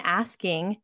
asking